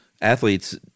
athletes